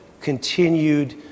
continued